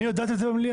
רביזיה.